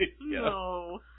No